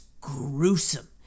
gruesome